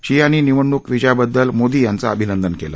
शी यांनी निवडणुक विजयाबद्दल मोदी यांचं अभिनंदन केलं